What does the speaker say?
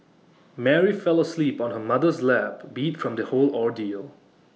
Mary fell asleep on her mother's lap beat from the whole ordeal